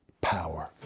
power